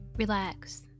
Relax